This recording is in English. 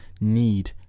need